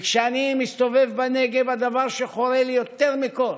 כשאני מסתובב בנגב הדבר שחורה לי יותר מכול